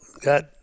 got